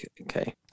Okay